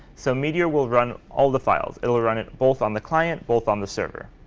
so meteor will run all the files. it'll run it both on the client, both on the server.